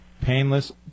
Painless